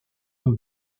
aux